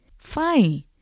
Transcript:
fine